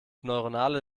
neuronale